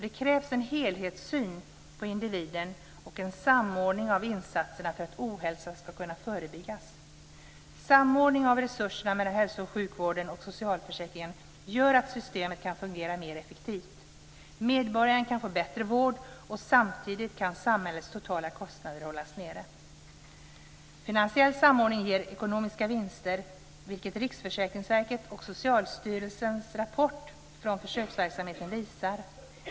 Det krävs en helhetssyn på individen och en samordning av insatserna för att ohälsa ska kunna förebyggas. Samordning av resurserna mellan hälso och sjukvården och socialförsäkringarna gör att systemen kan fungera mer effektivt. Medborgaren kan få bättre vård, och samtidigt kan samhällets totala kostnader hållas nere. Finansiell samordning ger ekonomiska vinster, vilket Riksförsäkringsverkets och Socialstyrelsens rapporter från försöksverksamheten visar.